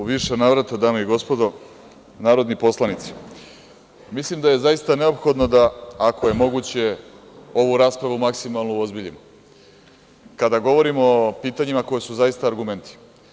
U više navrata, dame i gospodo narodni poslanici, mislim da je zaista neophodno da, ako je moguće, ovu raspravu maksimalno uozbiljimo, kada govorimo o pitanja koja su zaista argumenti.